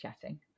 chatting